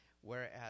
Whereas